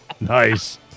Nice